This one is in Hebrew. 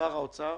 שר האוצר